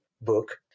book